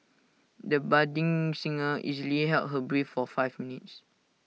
the budding singer easily held her breath for five minutes